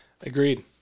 Agreed